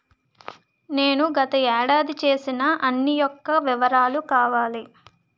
నేను గత ఏడాది చేసిన అన్ని యెక్క వివరాలు కావాలి?